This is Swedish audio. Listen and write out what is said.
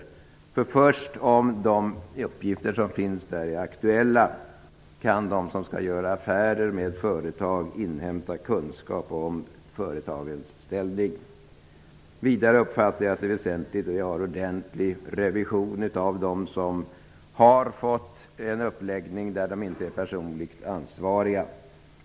Det är ju först när de uppgifter som finns i Bolagsregistret är aktuella, som de som skall göra affärer med företag kan inhämta kunskap om företagens ställning. Vidare uppfattar jag att det är väsentligt att vi har en ordentlig revision av dem som har fått den uppläggning som innebär att de inte är personligt ansvariga.